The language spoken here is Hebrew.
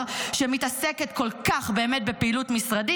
שמתעסקת כל כך באמת בפעילות משרדי,